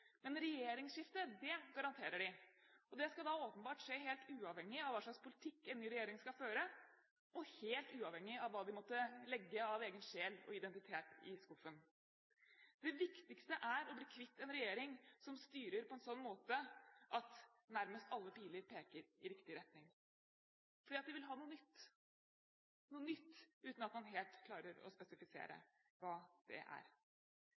Men regjeringsskifte, det garanterer de, og det skal åpenbart skje uavhengig av hva slags politikk en ny regjering skal føre, og helt uavhengig av hva de måtte legge av egen sjel og identitet i skuffen. Det viktigste er å bli kvitt en regjering som styrer på en sånn måte at nærmest alle piler peker i riktig retning – fordi de vil ha noe nytt, uten at man helt klarer å spesifisere hva det er.